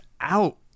out